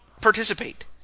participate